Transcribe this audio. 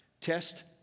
Test